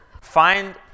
Find